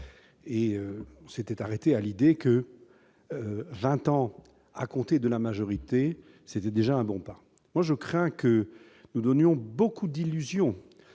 étions arrêtés sur l'idée que vingt ans à compter de la majorité, c'était déjà un bon pas. Je crains que nous ne donnions beaucoup d'illusions